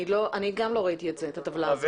אני לא ראיתי את הטבלה הזו.